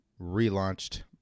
relaunched